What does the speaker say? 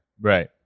Right